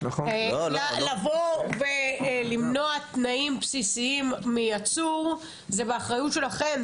לבוא ולמנוע תנאים בסיסיים מעצור זה באחריות שלכם,